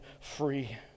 free